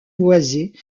boisée